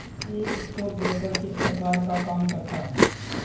एक स्टॉकब्रोकर किस प्रकार का काम करता है?